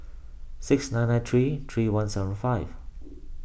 six nine nine three three one seven five